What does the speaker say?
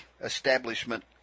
establishment